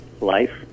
life